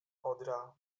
odra